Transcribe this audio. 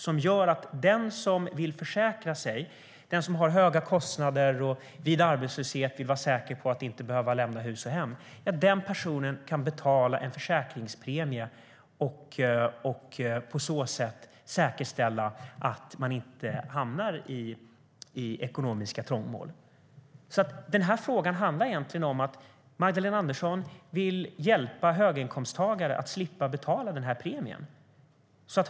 Det gör att den som vill försäkra sig, den som har höga kostnader och som vid arbetslöshet vill vara säker på att inte behöva lämna hus och hem, kan betala en försäkringspremie och på så sätt säkerställa att man inte hamnar i ekonomiska trångmål. Den här frågan handlar egentligen om att Magdalena Andersson vill hjälpa höginkomsttagare att slippa betala den premien.